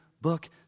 book